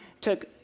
took